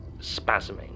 spasming